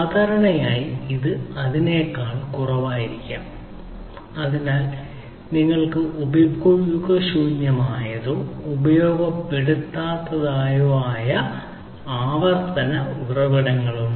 സാധാരണയായി ഇത് അതിനേക്കാൾ കുറവായിരിക്കാം അതിനാൽ നിങ്ങൾക്ക് ഉപയോഗശൂന്യമായതോ ഉപയോഗപ്പെടുത്താത്തതോ ആയ ആവർത്തന ഉറവിടങ്ങളുണ്ട്